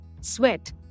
sweat